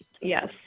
Yes